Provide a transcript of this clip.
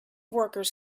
workers